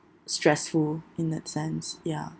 stressful in that sense ya